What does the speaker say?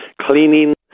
Cleaning